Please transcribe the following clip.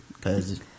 cause